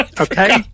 Okay